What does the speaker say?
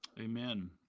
Amen